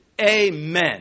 Amen